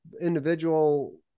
individual